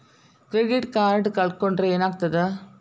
Credit card ಕಳ್ಕೊಂಡ್ರ್ ಏನಾಗ್ತದ?